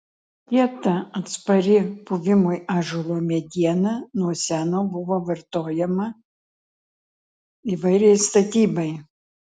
kieta atspari puvimui ąžuolo mediena nuo seno buvo vartojama įvairiai statybai